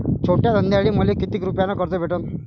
छोट्या धंद्यासाठी मले कितीक रुपयानं कर्ज भेटन?